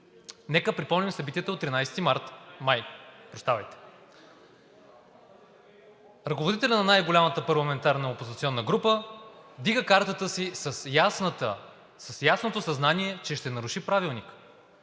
Нека припомним събитията от 13 май. Ръководителят на най-голямата парламентарна опозиционна група вдига картата си с ясното съзнание, че ще наруши Правилника.